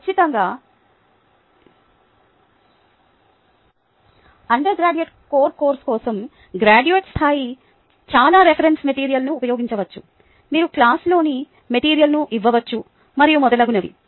ఖచ్చితంగా undergraduate core course కోసం graduate స్థాయి చాలా రిఫరెన్స్ మెటీరియల్ను ఉపయోగించవచ్చు మీరు క్లాస్లోని మెటీరియల్ను ఇవ్వవచ్చు మరియు మొదలగునవి